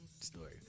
story